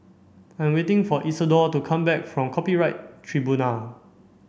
I am waiting for Isidor to come back from Copyright Tribunal